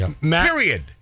Period